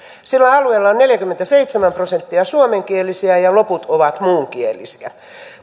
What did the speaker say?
sillä alueella on neljäkymmentäseitsemän prosenttia suomenkielisiä ja loput ovat muunkielisiä